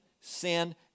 sin